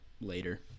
later